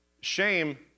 Shame